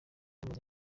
bamaze